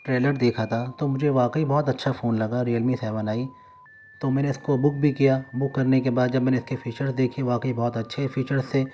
trailer دیکھا تھا تو مجھے واقعی بہت اچھا فون لگا ریئل می سیون آئی تو میں نے اس کو بک بھی کیا بک کرنے کے بعد جب میں نے اس کے فیچرس دیکھے واقعی بہت اچھے فیچرس تھے